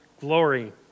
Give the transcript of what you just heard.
glory